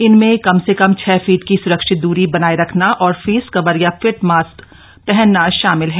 इनमें कम से कम छह फीट की सरक्षित दूरी बनाए रखना और फेस कवर या फिट मास्क पहनना शामिल है